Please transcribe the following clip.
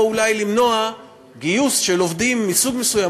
או אולי למנוע גיוס של עובדים מסוג מסוים,